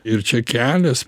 ir čia kelias